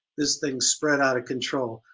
this thing spread out of control.